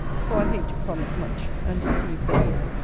for i hate to promise much, and deceive the reader.